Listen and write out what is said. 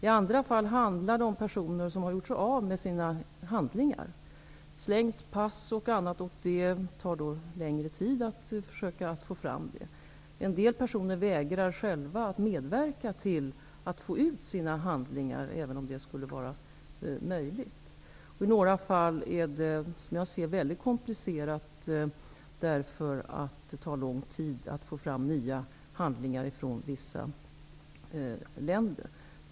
I andra fall handlar det om personer som har gjort sig av med sina handlingar, pass och annat, och det tar då längre tid att försöka få fram det. En del personer vägrar att medverka till att få ut sina handlingar, även om det skulle vara möjligt. Några fall blir därför väldigt komplicerade, eftersom det tar lång tid att få fram nya handlingar från vissa länder.